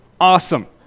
Awesome